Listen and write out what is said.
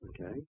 Okay